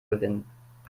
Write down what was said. gewinnen